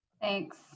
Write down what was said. thanks